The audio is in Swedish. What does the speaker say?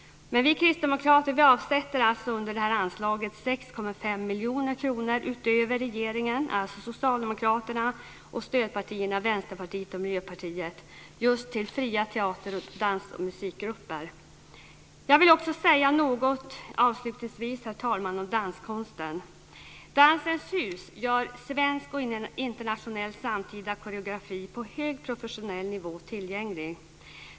Vi kristdemokrater avsätter under det här anslaget 6,5 miljoner kronor utöver regeringen, alltså Socialdemokraterna och stödpartierna Vänsterpartiet och Miljöpartiet, till fria teater-, dans och musikgrupper. Jag vill också säga något, herr talman, om danskonsten. Dansens hus gör svensk och internationell samtida koreografi på hög professionell nivå tillgänglig.